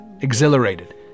exhilarated